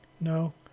No